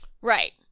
Right